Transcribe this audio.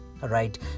right